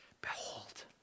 behold